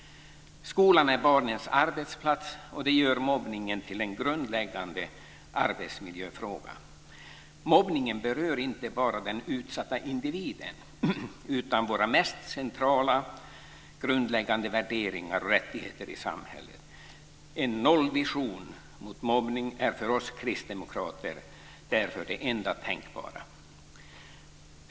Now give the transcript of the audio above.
Skolan är barnens arbetsplats, och det gör mobbningen till en grundläggande arbetsmiljöfråga. Mobbningen berör inte bara den utsatta individen utan våra mest centrala grundläggande värderingar och rättigheter i samhället. En nollvision mot mobbning är för oss kristdemokrater därför det enda tänkbara.